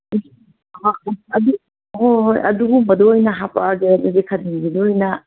ꯍꯣꯏ ꯍꯣꯏ ꯑꯗꯨꯒꯨꯝꯕꯗꯣ ꯑꯣꯏꯅ ꯍꯥꯞꯄꯛꯑꯒꯦ ꯑꯗꯨꯗꯤ ꯈꯥꯗꯤꯝꯒꯤꯗꯣ ꯑꯣꯏꯅ